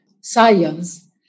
science